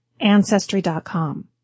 Ancestry.com